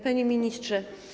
Panie Ministrze!